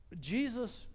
Jesus